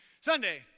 Sunday